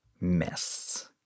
mess